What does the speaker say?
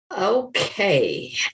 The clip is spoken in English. Okay